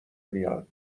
میاد